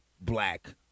black